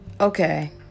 Okay